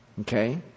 Okay